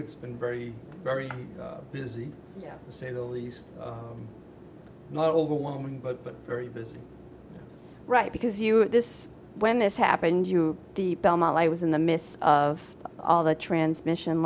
it's been very very busy to say the least not overwhelming but very busy right because you had this when this happened you the belmont i was in the midst of all the transmission